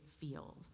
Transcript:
feels